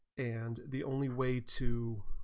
and the only way to